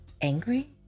angry